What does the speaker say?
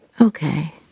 Okay